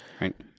Right